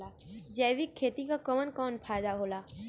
जैविक खेती क कवन कवन फायदा होला?